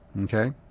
Okay